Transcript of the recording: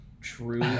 true